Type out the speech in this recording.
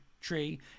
tree